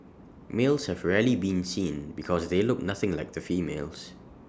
males have rarely been seen because they look nothing like the females